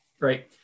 Great